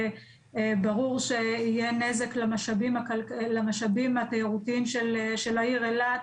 ברור שיהיה נזק למשאבים התיירותיים של העיר אילת,